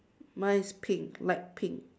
mine is pink light pink